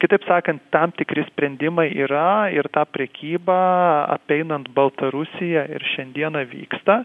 kitaip sakant tam tikri sprendimai yra ir tą prekybą apeinant baltarusiją ir šiandieną vyksta